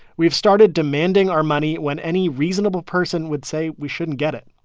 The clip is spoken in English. we've started demanding our money when any reasonable person would say we shouldn't get it.